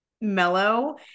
mellow